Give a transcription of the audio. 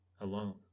alone